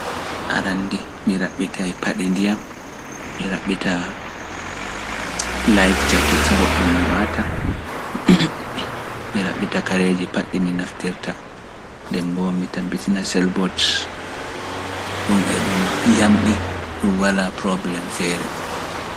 Arande mi raɓɓita paɗe ndiyam, mi raɓɓita laaydi jaket mboɗɗum mi waata, mi raɓɓita kareeji paɗe ɗi mi naftirta, ndembo mi tabitina sell bot ɗum e ɗum yamɗi ɗum wala probléme feere.